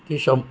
इति शम्